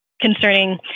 concerning